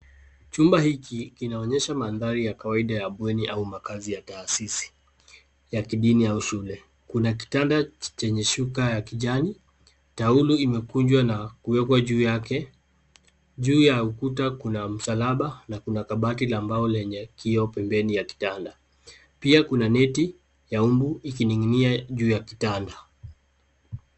Chumba hiki kinaonyesha mandhari ya kawaida ya bweni au makaazi ya taasisi ya kidini au shule, kuna kitanda chenye shuka ya kijani, taulo ime kunjwa na kuwekwa juu yake. Juu ya ukuta kuna msalaba na kuna kabati la mbao lenye kioo pembeni ya kitanda pia kuna neti ya mbu ikininginia juu ya kitanda.